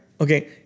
Okay